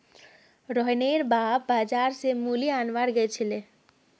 रोहनेर बाप बाजार स मूली अनवार गेल छेक